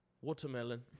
Watermelon